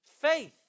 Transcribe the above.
Faith